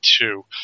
two